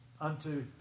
unto